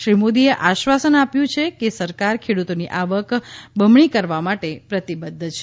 શ્રી મોદીએ આશ્વાસન આપ્યું છ કે સરકાર ખેડૂતોની આવક બે ગણી કરવા માટે પ્રતિબદ્ધ છે